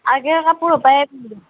আগৰ কাপোৰ